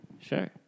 Sure